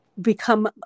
become